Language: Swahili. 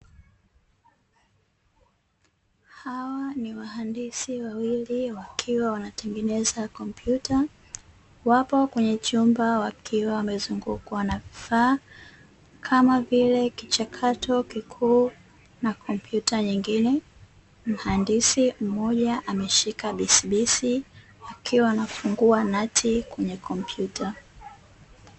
Hawa ni wahandisi wawili wakiwa wanatengeneza kompyuta, wapo kwenye chumba wakiwa wamezungukwa na vifaa kama vile kichakato kikuu na kompyuta nyingine, mhandisi mmoja ameshika bisibisi akiwa anafungua nati kwenye kompyuta.